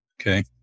Okay